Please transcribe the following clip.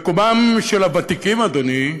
מקומם של הוותיקים, אדוני,